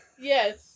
Yes